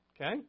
Okay